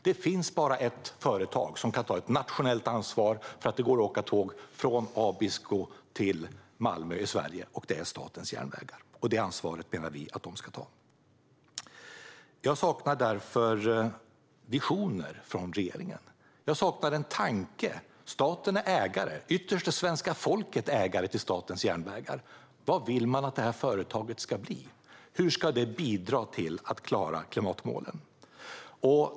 Det finns bara ett företag som kan ta ett nationellt ansvar för att det går att åka tåg från Abisko till Malmö i Sverige, och det är Statens järnvägar, och detta ansvar menar vi att de ska ta. Jag saknar därför visioner från regeringen. Jag saknar en tanke. Staten och ytterst det svenska folket är ägare till Statens järnvägar. Vad vill man att det här företaget ska bli? Hur ska det bidra till att klara klimatmålen?